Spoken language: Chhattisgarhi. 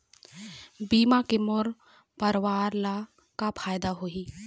बीमा के मोर परवार ला का फायदा होही?